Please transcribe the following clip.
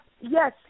yes